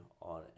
on